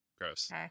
gross